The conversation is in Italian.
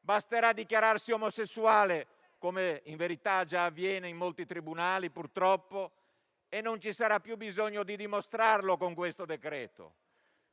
Basterà dichiararsi omosessuale, come in verità già avviene in molti tribunali, purtroppo, e non ci sarà più bisogno di dimostrarlo con questo provvedimento.